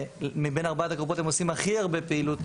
מבין ארבעת הקופות הם עושים הכי הרבה פעילות